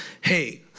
hey